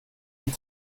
und